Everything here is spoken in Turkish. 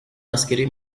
askeri